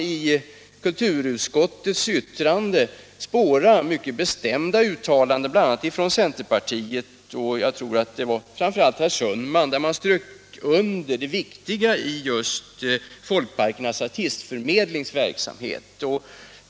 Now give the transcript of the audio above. I kulturutskottets yttrande kunde man spåra mycket bestämda uttalanden bl.a. från centerpartiet, framför allt från herr Sundman tror jag, där man strök under det viktiga i Folkparkernas artistförmedlings verksamhet.